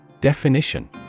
Definition